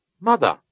Mother